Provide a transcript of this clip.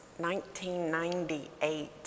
1998